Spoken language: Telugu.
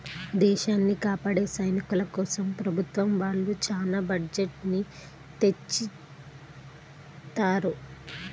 దేశాన్ని కాపాడే సైనికుల కోసం ప్రభుత్వం వాళ్ళు చానా బడ్జెట్ ని తెచ్చిత్తారు